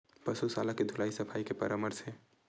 पशु शाला के धुलाई सफाई के का परामर्श हे?